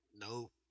Nope